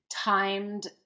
timed